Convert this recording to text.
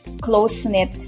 close-knit